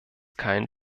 keinen